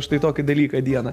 štai tokį dalyką dieną